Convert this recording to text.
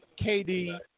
KD